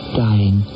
dying